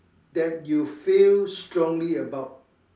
that you feel strongly about